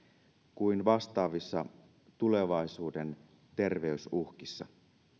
kuin vastaavissa tulevaisuuden terveysuhkissa